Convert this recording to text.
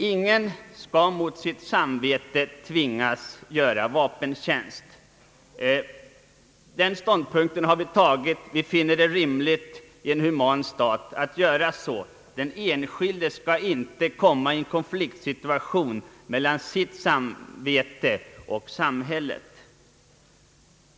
Ingen skall mot sitt samvete tvingas att göra vapentjänst. Den ståndpunkten har vi tagit, vi finner det rimligt i en human stat. Den enskilde skall inte tvingas till konflikt mellan sitt samvete och samhället.